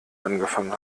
angefangen